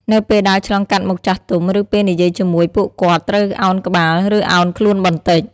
នៅពេលដើរឆ្លងកាត់មុខចាស់ទុំ ឬពេលនិយាយជាមួយពួកគាត់ត្រូវឱនក្បាល ឬឱនខ្លួនបន្តិច។